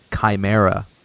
chimera